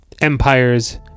Empires